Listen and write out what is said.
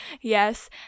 yes